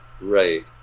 right